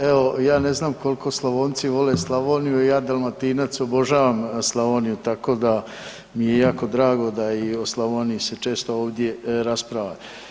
Evo ja ne znam kolko Slavonci vole Slavoniju, ja Dalmatinac obožavam Slavoniju, tako da mi je jako drago da i o Slavoniji se često ovdje raspravlja.